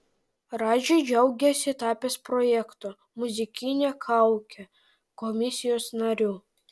radži džiaugiasi tapęs projekto muzikinė kaukė komisijos nariu